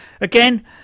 Again